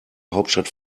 hauptstadt